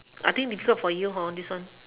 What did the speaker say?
I think difficult for you this one